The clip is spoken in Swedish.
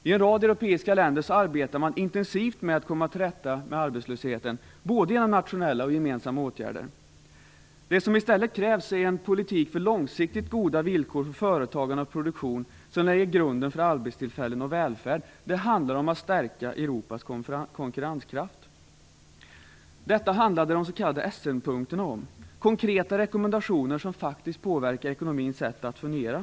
I en rad europeiska länder arbetar man intensivt med att komma till rätta med arbetslösheten både genom nationella och genom gemensamma åtgärder. Det som i stället krävs är en politik för långsiktigt goda villkor för företagande och produktion som lägger grunden för arbetstillfällen och välfärd. Det handlar om att stärka Europas konkurrenskraft. Detta handlade de s.k. Essen-punkterna om. Det var konkreta rekommendationer som faktiskt påverkar ekonomins sätt att fungera.